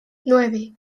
nueve